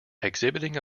exhibiting